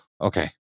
Okay